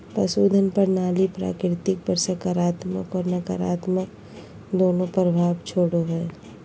पशुधन प्रणाली प्रकृति पर सकारात्मक और नकारात्मक दोनों प्रभाव छोड़ो हइ